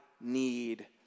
need